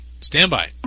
Standby